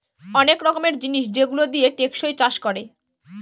অনেক রকমের জিনিস যেগুলো দিয়ে টেকসই চাষ করে